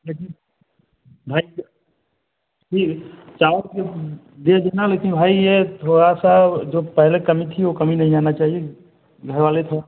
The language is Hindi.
भाई चावल में थोड़ा सा जो पहले कमी थी वह कमी नहीं आना चाहिए घर वाले तो